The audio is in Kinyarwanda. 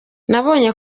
nabonye